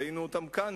ראינו אותן כאן,